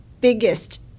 biggest